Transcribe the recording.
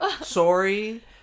sorry